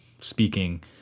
speaking